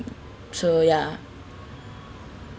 so ya